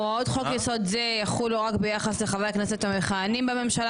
הוראות חוק יסוד זה יחולו רק ביחס לחברי הכנסת המכהנים בממשלה